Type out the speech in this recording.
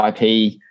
IP